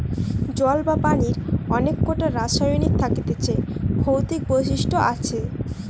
জল বা পানির অনেক কোটা রাসায়নিক থাকতিছে ভৌতিক বৈশিষ্ট আসে